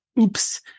oops